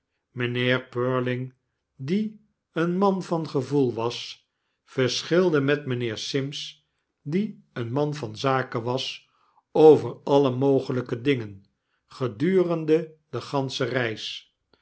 die een man van gevoel was verschilde met mynheer sims die een man van zaken was over alle mogelyke dingen gedurende de gansche reis